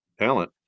talent